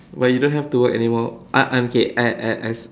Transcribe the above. but you don't have to work anymore I I I'm okay I I